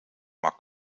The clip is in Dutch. maar